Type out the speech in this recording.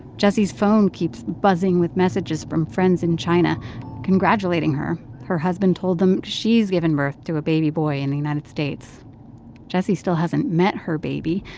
jessie's phone keeps buzzing with messages from friends in china congratulating her. her husband told them she's given birth to a baby boy in the united states jessie still hasn't met her baby,